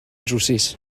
drywsus